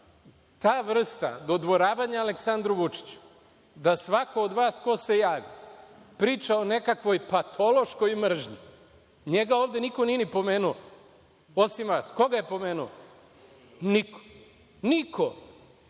ta vrsta dodvoravanja Aleksandru Vučiću da svako od vas ko sejavi priča o nekakvoj patološkoj mržnji, njega ovde niko nije ni pomenuo, osim vas. Ko ga je pomenuo? Niko. Niko.